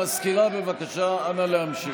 המזכירה, בבקשה, אנא להמשיך.